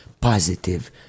positive